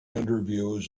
interviews